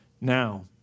now